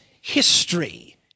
history